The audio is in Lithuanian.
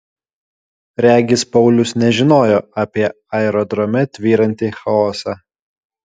regis paulius nežinojo apie aerodrome tvyrantį chaosą